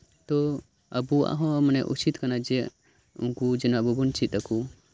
ᱛᱚ ᱟᱵᱚᱣᱟᱜ ᱦᱚᱸ ᱩᱪᱤᱛ ᱠᱟᱱᱟ ᱡᱮ ᱩᱱᱠᱩ ᱡᱮᱱᱚ ᱟᱵᱚ ᱵᱚᱱ ᱪᱮᱫ ᱟᱠᱚ